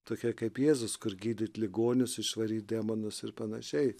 tokie kaip jėzus kur gydyti ligonius išvaryti demonus ir pan